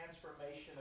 transformation